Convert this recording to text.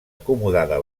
acomodada